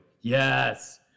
Yes